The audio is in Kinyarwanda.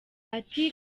ati